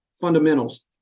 fundamentals